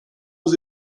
aux